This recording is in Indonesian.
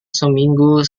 seminggu